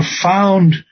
profound